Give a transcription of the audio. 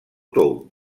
tou